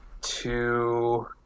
two